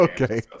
Okay